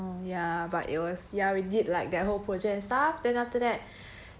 oh ya but it was ya we did like that whole project stuff then after that